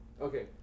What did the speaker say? Okay